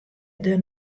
der